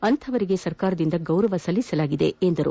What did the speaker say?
ಅಂತವರಿಗೆ ಸರ್ಕಾರದಿಂದ ಗೌರವ ಸಲ್ಲಿಸಲಾಗಿದೆ ಎಂದರು